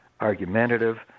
argumentative